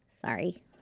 Sorry